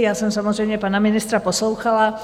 Já jsem samozřejmě pana ministra poslouchala.